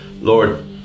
lord